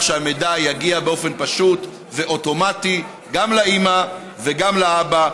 שהמידע יגיע באופן פשוט ואוטומטי גם לאימא וגם לאבא.